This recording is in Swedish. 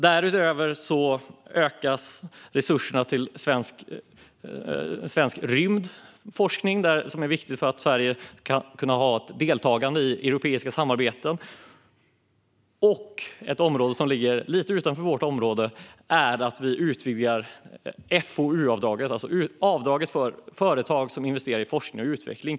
Därutöver ökas resurserna till svensk rymdforskning, vilket är viktigt för att Sverige ska kunna ha ett deltagande i europeiska samarbeten. Något som ligger lite utanför detta område är att vi utvidgar FoU-avdraget, alltså avdraget för företag som investerar i forskning och utveckling.